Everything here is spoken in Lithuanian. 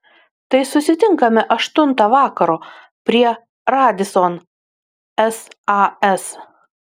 tai susitinkame aštuntą vakaro prie radisson sas